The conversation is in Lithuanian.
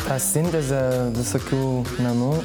tą sintezę visokių menų